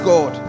God